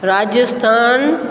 Rajasthan